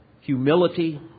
humility